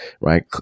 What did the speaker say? right